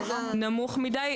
זה נמוך מידי,